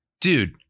dude